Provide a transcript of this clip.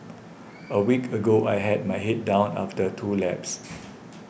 a week ago I had my head down after two laps